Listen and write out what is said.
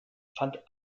fand